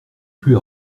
plus